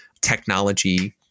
technology